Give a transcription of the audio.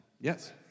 Yes